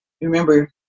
remember